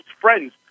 friends